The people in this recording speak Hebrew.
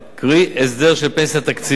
קרי הסדר של פנסיה תקציבית.